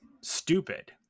stupid